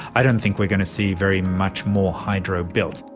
i don't think we're going to see very much more hydro built.